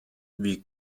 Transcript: wie